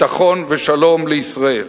ביטחון ושלום לישראל.